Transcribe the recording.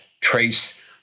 trace